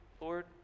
Lord